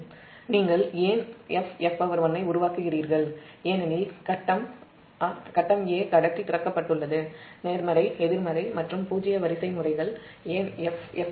நீங்கள் ஏன் FF1ஐ உருவாக்குகிறீர்கள்ஏனெனில் ஃபேஸ் 'a' கடத்தி திறக்கப் பட்டுள்ளது நேர்மறை எதிர்மறை மற்றும் பூஜ்ஜிய வரிசைமுறைகள் FF1